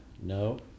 No